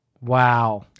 wow